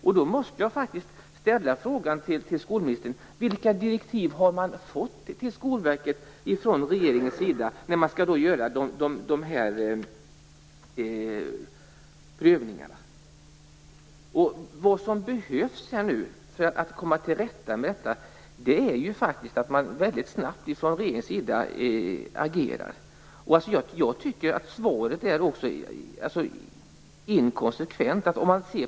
Jag måste fråga skolministern: Vilka direktiv har Skolverket fått från regeringens sida för att göra prövningarna? Vad som behövs för att komma till rätta med detta är att regeringen agerar väldigt snabbt. Jag tycker att svaret är inkonsekvent.